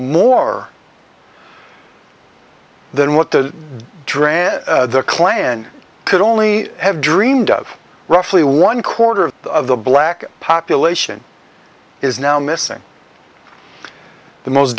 more than what the drag the klan could only have dreamed of roughly one quarter of the black population is now missing the most